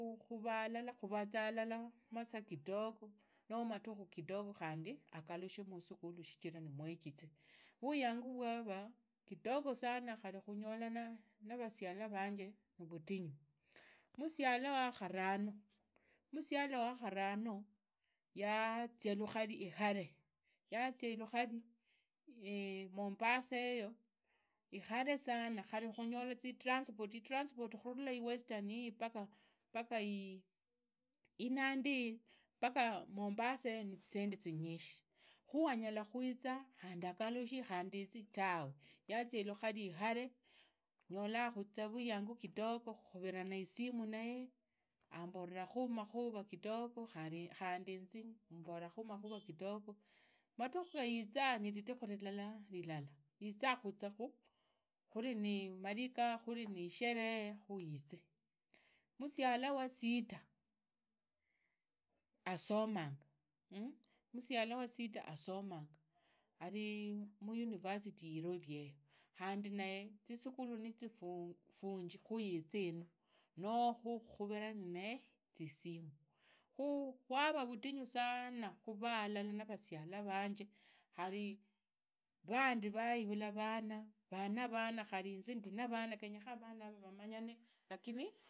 Khuva halala khuraza halala masaa kidogo noo matukhu kidogo khandi agalushe musukhulu shichira nimwegizi vwayangu rwava mdogo sana khari kunyolana navasiala vanje nivutingu musiala wakharanu musiala wakhuruna yazia lukhari ihare yazia lukhari mombaseyo ihare sana khari sana khari khunyola za transpoti transpoti khurula westaniyi paka inandiinyi mombasa iyi nizisendi zinyishi khu anyalakhuiza khandi agalushe khandi izi tawe yazia ilukhari ihare nyolakhuza vwigangu kidogo khukuvivara isimu naye amborakhu makhuru kidogo khandi inzi imbolaa kha makhura kidogo madhukhu gizaa ni madhukhu lilala lilala giza khuri mariga khuri ni isheree khuyize. musiala wa sita asomanga musiala wa sita asomangaa ari muuniversity narobi yeyo khandi naye zisukhulu nizifungi khuyizi inu noo khukuvivane zisimu khu kwavaa vutingu sana khuvaa hulala navasiala vanje khari vaandivai vula vana vari na vana khari inzi ndi na vana genge khari vaandivai vula vana vari na vana khari inzi ndi na vana genyekhoza vana vamanyani lamni.